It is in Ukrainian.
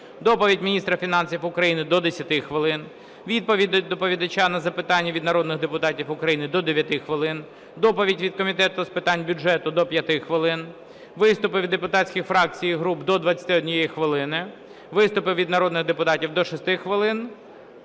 доповідь міністра фінансів України – до 10 хвилин, відповідь доповідача на запитання від народних депутатів України – до 9 хвилин, доповідь від Комітету з питань бюджету – до 5 хвилин, виступи від депутатських фракцій і груп – до 21 хвилини, виступи від народних депутатів – до 6 хвилин,